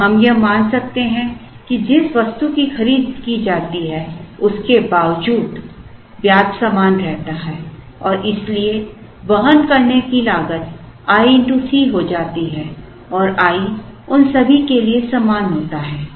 और हम यह मान सकते हैं कि जिस वस्तु की खरीद की जाती है उसके बावजूद ब्याज समान रहता है और इसलिए वहन करने वाली लागत i x C हो जाती है और i उन सभी के लिए समान होता है